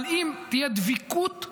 אבל אם תהיה דבקות,